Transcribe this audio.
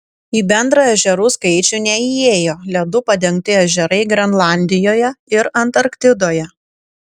į bendrą ežerų skaičių neįėjo ledu padengti ežerai grenlandijoje ir antarktidoje